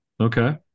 Okay